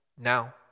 now